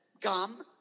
gum